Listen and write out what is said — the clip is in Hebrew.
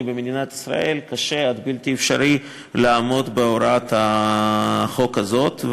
במדינת ישראל קשה עד בלתי אפשרי לעמוד בהוראת החוק הזאת,